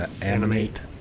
Animate